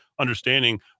understanding